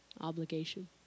obligation